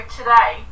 today